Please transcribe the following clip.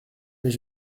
mais